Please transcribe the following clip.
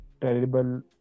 Terrible